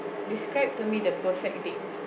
describe to me the perfect date